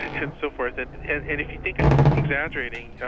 and so forth. and if you think i'm exaggerating,